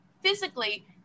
physically